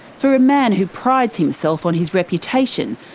for a man who prides himself on his reputation,